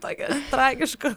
tokio tragiško